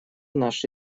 наш